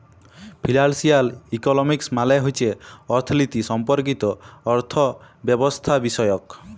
financial economics মালে হছে অথ্থলিতি সম্পর্কিত অথ্থব্যবস্থাবিষয়ক